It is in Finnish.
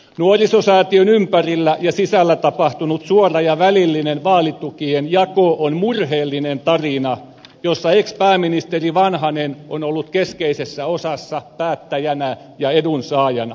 nuorisosäätiön ympärillä ja sisällä tapahtunut suora ja välillinen vaalitukien jako on murheellinen tarina jossa ex pääministeri vanhanen on ollut keskeisessä osassa päättäjänä ja edunsaajana